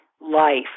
life